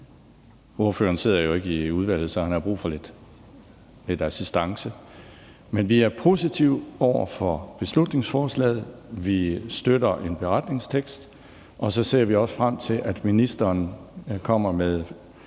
Ordføreren sidder jo ikke i udvalget, så han har brug for lidt assistance. Men vi er positive over for beslutningsforslaget, vi støtter en beretningstekst, og så ser vi også frem til, at ministeren kommer med